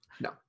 No